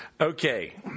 Okay